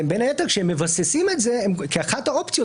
בין היתר כשהם מבססים את זה כאחת האופציות